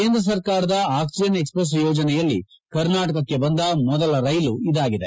ಕೇಂದ್ರ ಸರ್ಕಾರದ oxygen express ಯೋಜನೆಯಲ್ಲಿ ಕರ್ನಾಟಕಕ್ಕೆ ಬಂದ ಮೊದಲ ರೈಲು ಇದಾಗಿದೆ